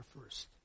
first